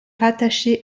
rattaché